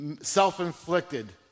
self-inflicted